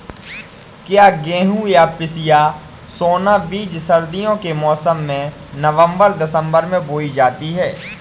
क्या गेहूँ या पिसिया सोना बीज सर्दियों के मौसम में नवम्बर दिसम्बर में बोई जाती है?